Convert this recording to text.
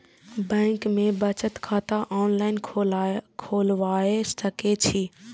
Bank में बचत खाता ऑनलाईन खोलबाए सके छी?